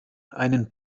einen